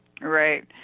Right